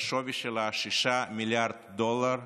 שהשווי שלה 6 מיליארד דולר,